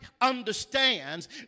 understands